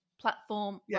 platform